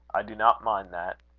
i do not mind that.